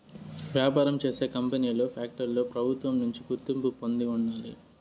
వ్యాపారం చేసే కంపెనీలు ఫ్యాక్టరీలు ప్రభుత్వం నుంచి గుర్తింపు పొంది ఉండాలి